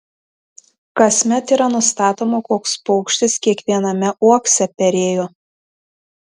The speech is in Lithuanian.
kasmet yra nustatoma koks paukštis kiekviename uokse perėjo